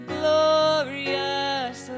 glorious